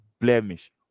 blemish